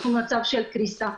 אנחנו במצב של קריסה.